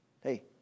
Hey